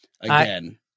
again